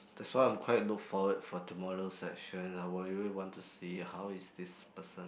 that's why I'm quite look forward for tomorrow session I want really to see how is this person